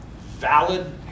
valid